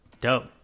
Dope